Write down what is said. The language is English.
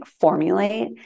formulate